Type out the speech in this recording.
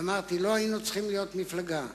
אמרתי: לא היינו צריכים להיות מפלגה,